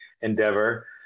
endeavor